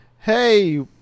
Hey